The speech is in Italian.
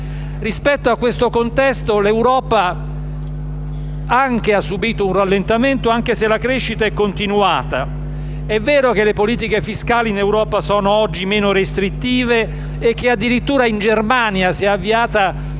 Rispetto a questo contesto anche l'Europa ha subito un rallentamento, seppure la crescita è continuata. È vero che le politiche fiscali in Europa sono oggi meno restrittive e che addirittura in Germania si è avviato un relativo